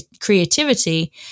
creativity